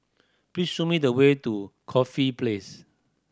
please show me the way to Corfe Place